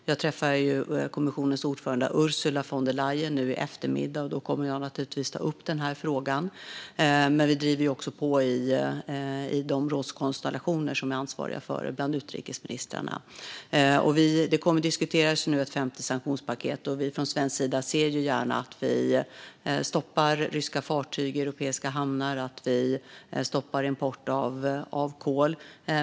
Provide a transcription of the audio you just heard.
Jag träffar kommissionens ordförande Ursula von der Leyen nu i eftermiddag, och då kommer jag naturligtvis att ta upp denna fråga. Vi driver också på i de rådskonstellationer som är ansvariga för detta, bland annat utrikesministrarna. Det kommer nu att diskuteras ett femte sanktionspaket, och vi ser från svensk sida gärna att vi stoppar ryska fartyg i europeiska hamnar och att vi stoppar import av kol.